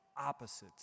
opposites